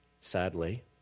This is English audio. sadly